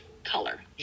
color